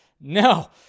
no